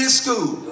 school